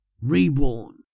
reborn